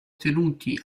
tenuti